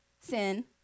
sin